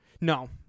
No